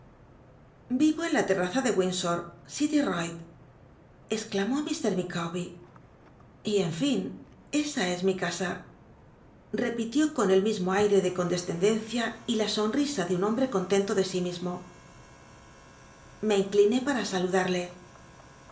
o en la tcraza de windsor city road cxclamú mr micawher en fin esa cs mi ca a repitió con e jnismo aire de condescendencia y ja l onrisa ele un hombre contento ele sí mismo le incliné para saludarle